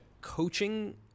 coaching